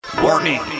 Warning